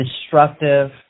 destructive